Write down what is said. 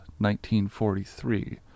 1943